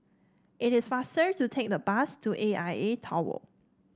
it is faster to take the bus to A I A Tower